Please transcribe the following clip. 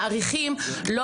זה היה בחומר",